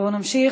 בואו נמשיך.